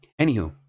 Anywho